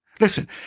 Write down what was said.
Listen